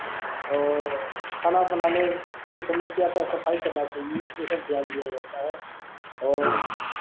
औ खाना बनाने के समय क्या क्या सफ़ाई करना चाहिए यह सब ध्यान दिया जाता है और